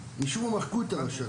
משום מה מחקו את הראש"ל.